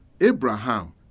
Abraham